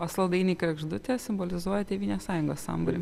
o saldainiai kregždutė simbolizuoja tėvynės sąjungos sambūrį